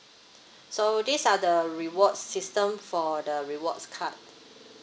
so these are the reward system for the rewards card